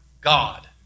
God